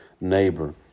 neighbor